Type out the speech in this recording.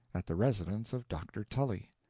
at the residence of dr. tully,